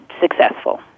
successful